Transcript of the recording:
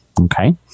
Okay